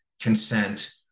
consent